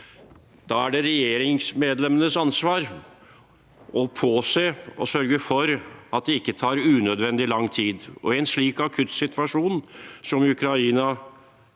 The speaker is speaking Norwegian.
Da er det regjeringsmedlemmenes ansvar å påse og sørge for at det ikke tar unødvendig lang tid. I en slik akutt situasjon som den Ukraina